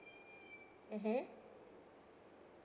(uh huh)